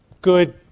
good